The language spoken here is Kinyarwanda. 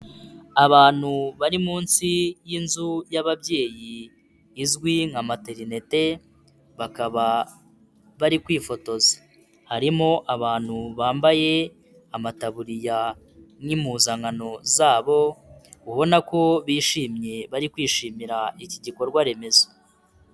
Abantu bari munsi y'inzu y'ababyeyi izwi nka materinete, bakaba bari kwifotoza harimo, abantu bambaye amataburiya n'impuzankano zabo, ubona ko bishimye bari kwishimira iki gikorwa remezo.